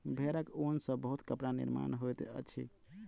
भेड़क ऊन सॅ बहुत कपड़ा निर्माण होइत अछि